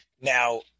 now